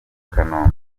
kanombe